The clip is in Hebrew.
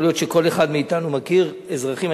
ויכול להיות שכל אחד מאתנו מכיר אזרחים,